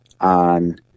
on